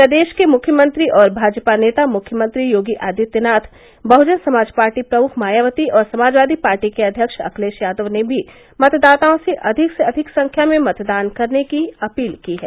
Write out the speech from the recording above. प्रदेश के मुख्यमंत्री और भाजपा नेता मुख्यमंत्री योगी आदित्यनाथ बहजन समाज पार्टी प्रमुख मायावती और समाजवादी पार्टी के अध्यक्ष अखिलेश यादव ने भी मतदाताओं से अधिक से अधिक संख्या में मतदान करने की अपील की है